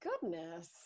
Goodness